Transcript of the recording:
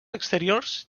exteriors